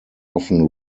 often